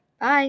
Bye